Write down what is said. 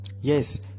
yes